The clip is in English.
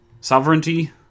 Sovereignty